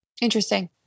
Interesting